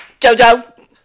Jojo